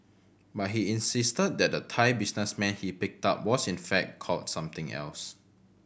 but he insisted that the Thai businessman he picked up was in fact called something else